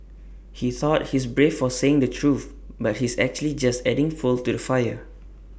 he thought he's brave for saying the truth but he's actually just adding fuel to the fire